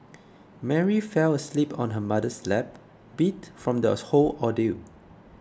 Mary fell asleep on her mother's lap beat from the whole ordeal